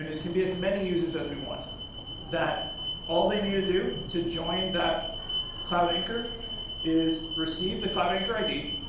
it can be as many users as we want that all they need to do to join that cloud anchor is receive the cloud anchor id,